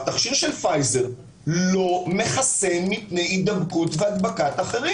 התכשיר של פייזר לא מחסן מפני הידבקות והדבקת אחרים.